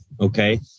Okay